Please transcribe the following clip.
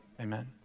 Amen